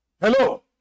Hello